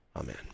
amen